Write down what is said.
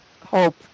hope